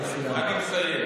אתה סיימת.